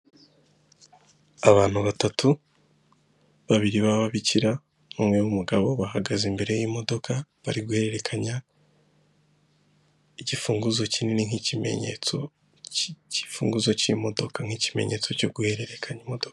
Abantu batatu, babiri b'ababikira n'umwe w'umugabo bahagaze imbere y'imodoka bari guhererekanya igifunguzo kinini nk'ikimenyetso, igifunguzo cy'imodoka nk'ikimenyetso cyo guhererekanya imodoka.